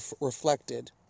reflected